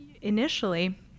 initially